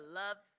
love